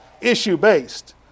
issue-based